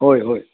होय होय